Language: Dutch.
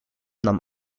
nam